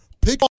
Pick